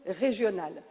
régionale